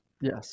yes